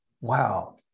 wow